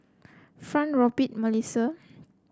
Fronie Robt Malissie